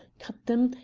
count them,